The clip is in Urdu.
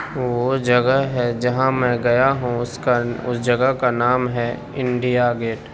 وہ جگہ ہے جہاں میں گیا ہوں اس کا اس جگہ کا نام ہے انڈیا گیٹ